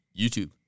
YouTube